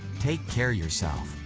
take care yourself.